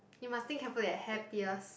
you must think careful leh happiest